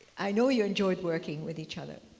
i know you enjoyed working with each other.